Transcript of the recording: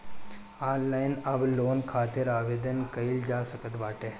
online अब loan खातिर आवेदन कईल जा सकत बाटे